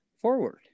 forward